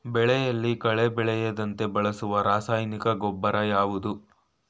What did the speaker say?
ಬೆಳೆಯಲ್ಲಿ ಕಳೆ ಬೆಳೆಯದಂತೆ ಬಳಸುವ ರಾಸಾಯನಿಕ ಗೊಬ್ಬರ ಯಾವುದು?